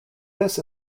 this